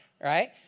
right